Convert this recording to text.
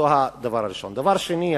דבר שני,